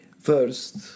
First